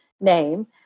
name